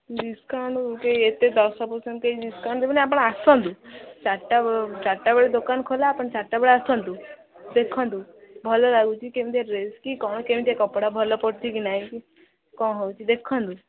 discount ଏତେ ଦଶ percent କେହି ଡିସ୍କାଉଣ୍ଟ୍ ଦେବେନି ଆପଣ ଆସନ୍ତୁ ଚାରିଟା ଚାରିଟା ବେଳେ ଦୋକାନ ଖୋଲା ଆପଣ ଚାରିଟା ବେଳେ ଆସନ୍ତୁ ଦେଖନ୍ତୁ ଭଲ ଲାଗୁଛି କେମିତିଆ ଡ୍ରେସ୍ କି କ'ଣ କେମିତିଆ କପଡ଼ା ଭଲ ପଡ଼ୁଛି କି ନାଇଁ କି କ'ଣ ହେଉଛି ଦେଖନ୍ତୁ